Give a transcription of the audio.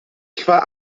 sefyllfa